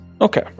Okay